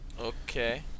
Okay